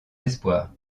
espoirs